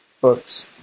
books